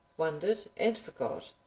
wondered and forgot,